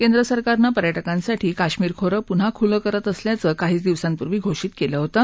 केंद्र सरकारनं पर्यटकांसाठी काश्मीर खोरं पून्हा खूलं करत असल्याचं काहीच दिवसांपूर्वी घोषित केलं होतं